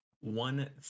One